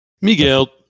Miguel